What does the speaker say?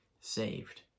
saved